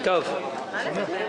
אני מבקש להקדים